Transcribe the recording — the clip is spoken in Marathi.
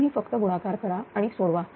तुम्ही फक्त गुणाकार करा आणि सोडवा